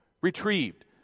retrieved